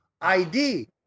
ID